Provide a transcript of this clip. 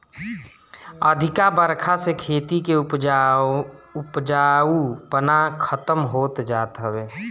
अधिका बरखा से खेती के उपजाऊपना खतम होत जात हवे